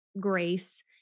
grace